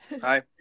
Hi